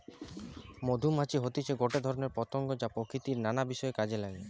মধুমাছি হতিছে গটে ধরণের পতঙ্গ যা প্রকৃতির নানা বিষয় কাজে নাগে